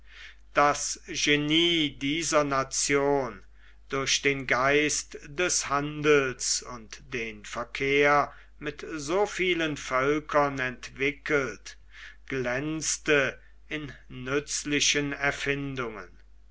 das genie dieser nation durch den geist des handels und den verkehr mit so vielen völkern entwickelt glänzte in nützlichen erfindungen